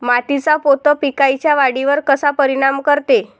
मातीचा पोत पिकाईच्या वाढीवर कसा परिनाम करते?